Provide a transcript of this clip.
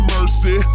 Mercy